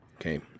okay